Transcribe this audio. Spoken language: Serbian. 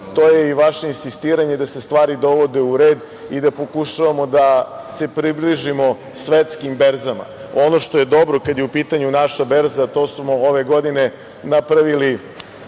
to je i vaša insistiranje da se stvari dovode u red i da pokušavamo da se približimo svetskim berzama. Ono što je dobro kada je u pitanju naša berza to smo ove godine napravili